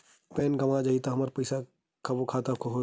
Pan गंवा जाही हमर पईसा सबो खतम हो जाही?